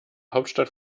hauptstadt